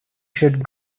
should